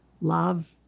love